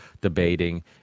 debating